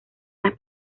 las